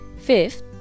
Fifth